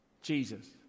Jesus